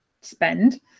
spend